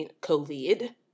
COVID